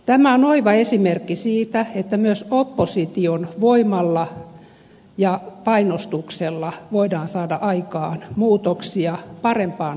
tämä on oiva esimerkki siitä että myös opposition voimalla ja painostuksella voidaan saada aikaan muutoksia parempaan suuntaan